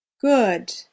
Good